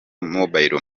mobile